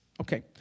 Okay